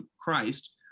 Christ